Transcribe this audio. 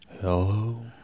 Hello